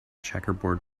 checkerboard